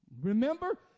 Remember